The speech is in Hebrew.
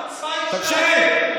החוצפה היא שלכם.